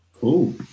Cool